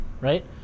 Right